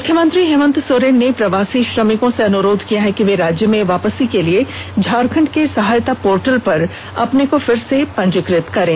मुख्यमंत्री हेमंत सोरेन ने प्रवासी श्रमिकों से अनुरोध किया है कि वे राज्य में वापसी के लिए झारखंड के सहायता पोर्टल पर अपने को फिर से पंजीकत करें